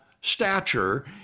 stature